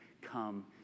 come